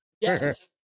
yes